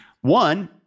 One